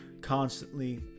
constantly